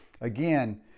Again